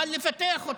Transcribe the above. אבל לפתח אותו,